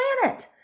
planet